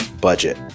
budget